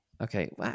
Okay